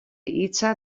hitza